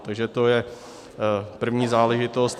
Takže to je první záležitost.